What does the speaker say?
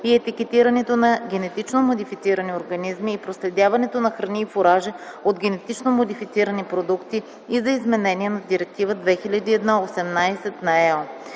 и етикетирането на генетично модифицирани организми и проследяването на храни и фуражи от генетично модифицирани продукти и за изменение на Директива 2001/18/ЕО.